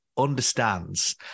understands